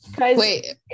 wait